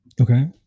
Okay